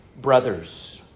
brothers